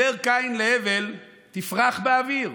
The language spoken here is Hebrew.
אומר קין להבל: תפרח באוויר.